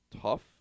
tough